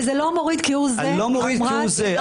וזה לא מוריד כהוא זה --- אני לא מוריד כהוא זה,